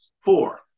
Four